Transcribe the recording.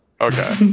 Okay